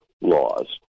laws